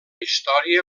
història